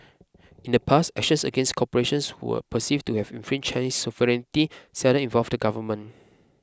in the past actions against corporations who were perceived to have infringed sovereignty seldom involved the government